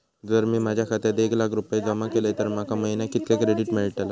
जर मी माझ्या खात्यात एक लाख रुपये जमा केलय तर माका महिन्याक कितक्या क्रेडिट मेलतला?